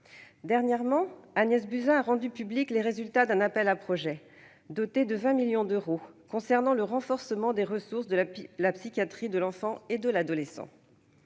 Dernièrement, Agnès Buzyn a rendu publics les résultats d'un appel à projets, doté de 20 millions d'euros, visant à renforcer les ressources de la psychiatrie de l'enfant et de l'adolescent.